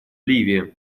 ливии